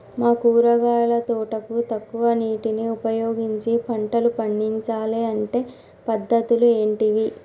మా కూరగాయల తోటకు తక్కువ నీటిని ఉపయోగించి పంటలు పండించాలే అంటే పద్ధతులు ఏంటివి?